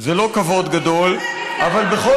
זה לא כבוד גדול, הם